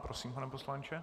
Prosím, pane poslanče.